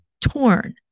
torn